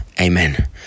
Amen